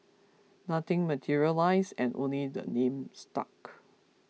nothing materialised and only the name stuck